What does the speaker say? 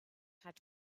had